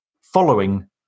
following